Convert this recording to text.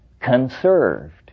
conserved